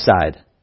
side